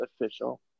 official